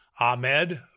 Ahmed